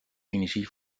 energie